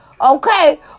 Okay